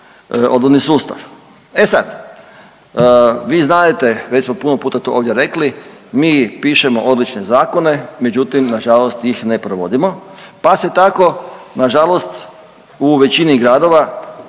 odvodni sustav. E sad, vi znadete, već smo puno puta to ovdje rekli, mi pišemo odlične zakone, međutim, nažalost tih ne provodimo, pa se tako nažalost u većini gradova